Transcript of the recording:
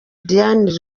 diane